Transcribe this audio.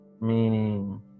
meaning